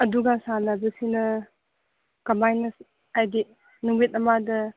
ꯑꯗꯨꯒ ꯁꯥꯟꯅꯕꯁꯤꯅ ꯀꯔꯃꯥꯏꯅ ꯍꯥꯏꯕꯗꯤ ꯅꯨꯃꯤꯠ ꯑꯃꯗ